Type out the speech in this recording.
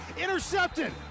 intercepted